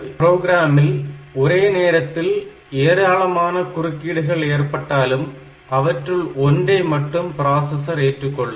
ப்ரோக்ராமில் ஒரே நேரத்தில் ஏராளமான குறுக்கீடுகள் ஏற்பட்டாலும் அவற்றுள் ஒன்றை மட்டுமே பிராசசர் ஏற்றுக்கொள்ளும்